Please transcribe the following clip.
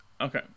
okay